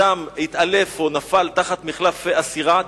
אדם התעלף או נפל תחת מחלף הסירה.